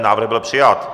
Návrh byl přijat.